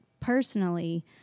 personally